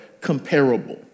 comparable